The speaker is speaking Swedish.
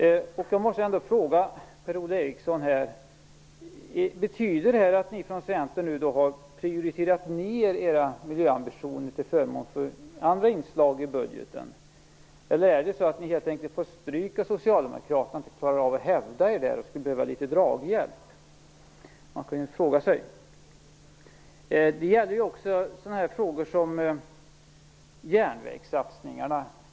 Jag måste ändå fråga Per-Ola Eriksson: Betyder det här att ni från Centern har sänkt era miljöambitioner till förmån för andra inslag i budgeten, eller får ni helt enkelt stryk av socialdemokraterna, klarar inte av att hävda er och skulle behöva litet draghjälp? Man kan ju fråga sig detta. Detta gäller också sådana frågor som järnvägssatsningarna.